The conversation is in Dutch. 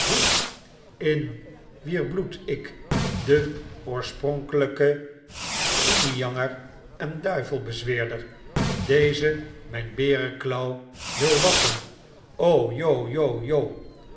in wier bloed ik de oorspronkelijke imyanger en duivelbezweerder deze mfin beerenklauwen wil wasschen